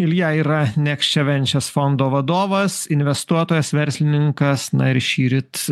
ilja yra nekščiavenčias fondo vadovas investuotojas verslininkas na ir šįryt